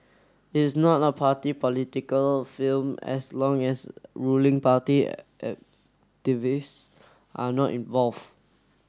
is not a party political film as long as ruling party are not involved